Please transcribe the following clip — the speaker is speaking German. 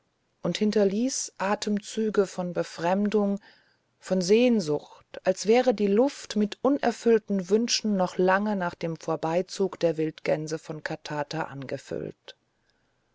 und hinterließ atemzüge von befremdung von sehnsucht als wäre die luft mit unerfüllten wünschen noch lange nach dem vorbeizug der wildgänse von katata angefüllt